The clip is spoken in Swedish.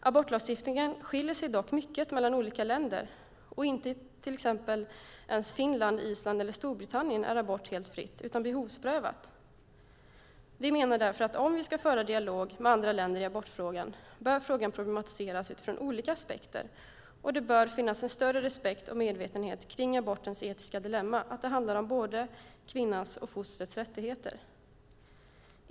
Abortlagstiftningen skiljer sig dock mycket mellan olika länder, och inte ens i exempelvis Finland, Island och Storbritannien är abort helt fri utan behovsprövning Vi menar därför att om vi ska föra dialog med andra länder i abortfrågan bör frågan problematiseras utifrån olika aspekter, och det bör finnas en större respekt och medvetenhet om abortens etiska dilemma - att det handlar om både kvinnans och fostrets rättigheter.